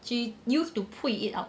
she used to pui it out